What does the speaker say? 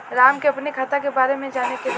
राम के अपने खाता के बारे मे जाने के बा?